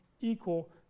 equal